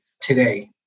today